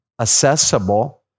Accessible